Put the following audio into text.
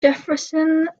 jefferson